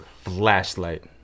Flashlight